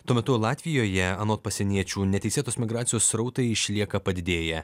tuo metu latvijoje anot pasieniečių neteisėtos migracijos srautai išlieka padidėję